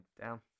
down